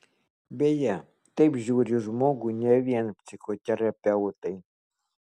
beje taip žiūri į žmogų ne vien psichoterapeutai